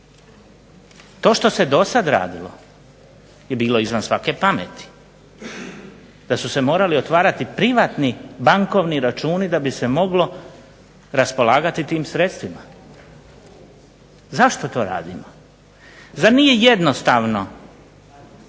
To što se do sada radilo je bilo izvan svake pameti da su se morali otvarati privatni bankovni računi da bi se moglo raspolagati tim sredstvima. Zašto to radimo? Zar nije jednostavno